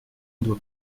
doit